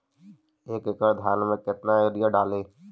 एक एकड़ धान मे कतना यूरिया डाली?